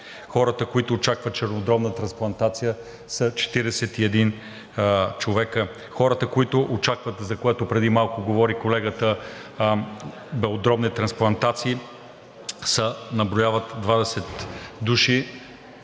Хората, които очакват чернодробна трансплантация, са 41 човека. Хората, които очакват, за което преди малко говори колегата, белодробни трансплантации, са 20 души.